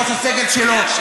ראש הסגל שלו,